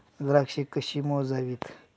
द्राक्षे कशी मोजावीत?